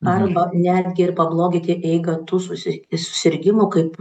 arba netgi ir pabloginti eigą tų susi susirgimų kaip